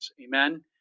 amen